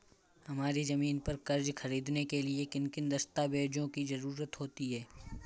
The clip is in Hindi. हमारी ज़मीन पर कर्ज ख़रीदने के लिए किन किन दस्तावेजों की जरूरत होती है?